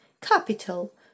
capital